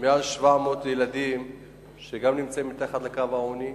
על מעל 700,000 ילדים שנמצאים מתחת לקו העוני,